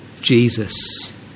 Jesus